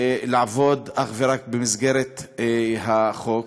ולעבוד אך ורק במסגרת החוק,